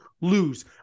lose